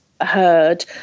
heard